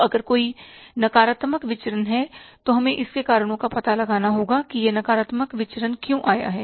अब अगर कोई नकारात्मक विचरण है तो हमें इसके कारणों का पता लगाना होगा कि यह नकारात्मक विचरण क्यों आया है